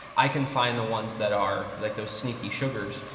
i can find the ones that are, like those sneaky sugars,